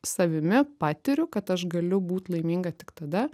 savimi patiriu kad aš galiu būt laiminga tik tada